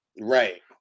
Right